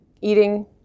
eating